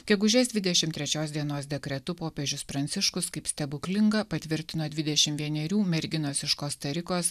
gegužės dvidešim trečios dienos dekretu popiežius pranciškus kaip stebuklingą patvirtino dvidešim vienerių merginos iš kosta rikos